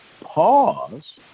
pause